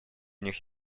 них